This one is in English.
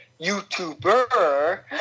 YouTuber